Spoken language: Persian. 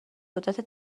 قدرت